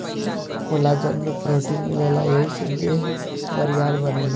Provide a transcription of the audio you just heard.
collagen में protein मिलेला एही से देह बरियार बनेला